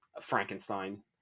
Frankenstein